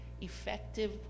effective